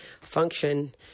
function